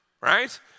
right